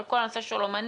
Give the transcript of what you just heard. על כל הנושא של אומנים,